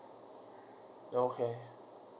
okay